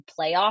playoff